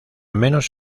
menos